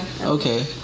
Okay